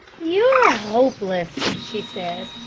you're hopeless, she said.